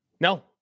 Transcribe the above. No